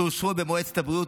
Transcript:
שאושרו במועצת הבריאות,